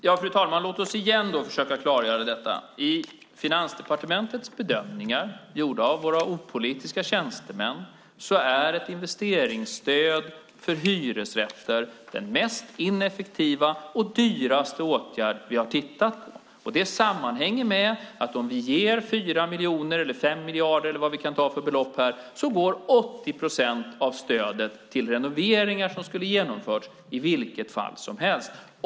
Fru talman! Låt oss igen försöka klargöra detta. I Finansdepartementets bedömningar gjorda av våra opolitiska tjänstemän är ett investeringsstöd för hyresrätter den mest ineffektiva och dyraste åtgärd vi har tittat på. Det sammanhänger med att om vi ger 4 miljoner, 5 miljarder eller vad vi nu kan ta för belopp, går 80 procent av stödet till renoveringar som skulle ha genomförts i vilket fall som helst.